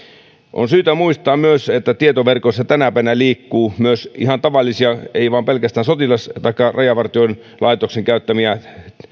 on syytä muistaa myös että tietoverkoissa tänä päivänä liikkuu myös ihan tavallisia ei vain pelkästään sotilaiden taikka rajavartiolaitoksen